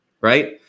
right